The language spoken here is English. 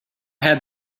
had